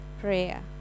prayer